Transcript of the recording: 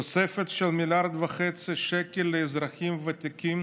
תוספת של 1.5 מיליארד שקל לאזרחים ותיקים